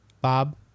Bob